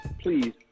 please